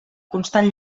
constant